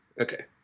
Okay